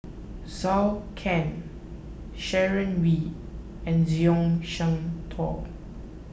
Zhou Can Sharon Wee and Zhuang Shengtao